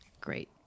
great